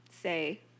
say